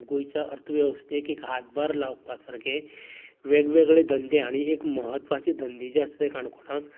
गोंयच्या अर्थ वेवस्थेक एक हातभार लावपा सारकें वेगवेगळें धंदे आनी एक म्हत्वाचे धंदे जे आसा तें काणकोणांक